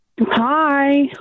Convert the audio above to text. Hi